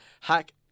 hack